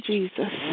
Jesus